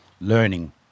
learning